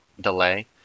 delay